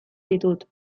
ditut